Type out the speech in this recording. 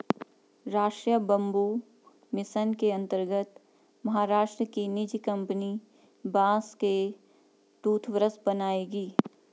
राष्ट्रीय bamboo mission के अंतर्गत महाराष्ट्र की निजी कंपनी बांस से टूथब्रश बनाएगी